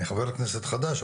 אני חבר כנסת חדש,